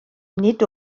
nid